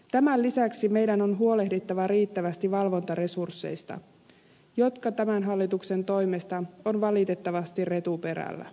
tämän lisäksi meidän on huolehdittava riittävästi valvontaresursseista jotka tämän hallituksen toimesta ovat valitettavasti retuperällä